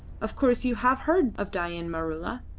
of course you have heard of dain maroola.